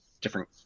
different